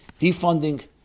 defunding